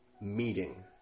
meeting